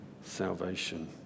salvation